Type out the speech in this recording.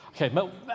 Okay